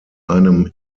einem